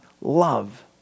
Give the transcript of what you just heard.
love